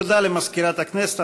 תודה למזכירת הכנסת.